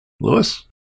Lewis